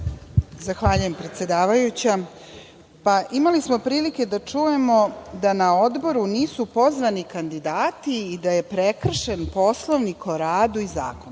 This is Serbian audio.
Zahvaljujem. Imali smo prilike da čujemo da na Odboru nisu pozvani kandidati i da je prekršen Poslovnik o radu i zakon.